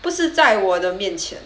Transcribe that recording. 不是在我的面前